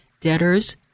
debtors